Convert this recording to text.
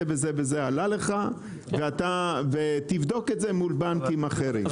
זה וזה וזה עלה לך ואתה תבדוק את זה מול בנקים אחרים.